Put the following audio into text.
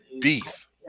beef